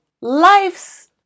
life's